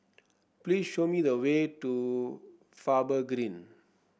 please show me the way to Faber Green